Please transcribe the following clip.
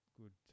good